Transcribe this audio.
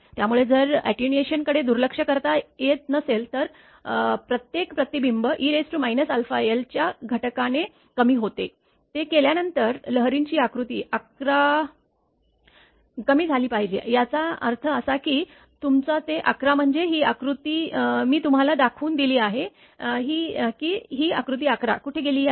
त्यामुळे जर अॅटेन्युएशनकडे दुर्लक्ष करता येत नसेल तर प्रत्येक प्रतिबिंब e αl च्या घटकाने कमी होते ते केल्यानंतर लहरींची आकृती ११ कमी झाली पाहिजे याचा अर्थ असा की तुमचा ते ११ म्हणजे ही आकृती मी तुम्हाला दाखवून दिली आहे की ही आकृती ११ कुठे गेली आहे